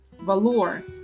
valor